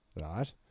right